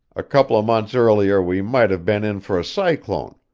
a couple of months earlier we might have been in for a cyclone,